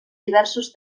diversos